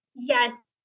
Yes